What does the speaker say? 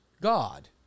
God